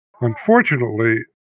Unfortunately